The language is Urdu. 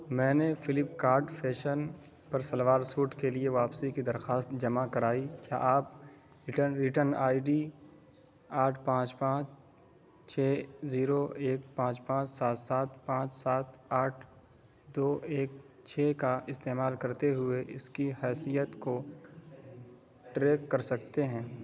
میں نے فلپکارٹ فیشن پر سلوار سوٹ کے لیے واپسی کی درخواست جمع کرائی کیا آپ ریٹن ریٹن آئی ڈی آٹھ پانچ پانچ چھ زیرو ایک پانچ پانچ سات سات پانچ سات آٹھ دو ایک چھ کا استعمال کرتے ہوئے اس کی حیثیت کو ٹریک کر سکتے ہیں